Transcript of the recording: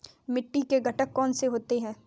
मिट्टी के घटक कौन से होते हैं?